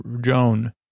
Joan